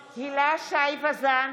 (קוראת בשמות חברי הכנסת) הילה שי וזאן,